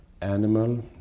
animal